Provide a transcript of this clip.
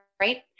right